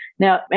Now